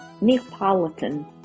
Neapolitan